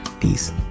Peace